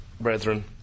brethren